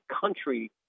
country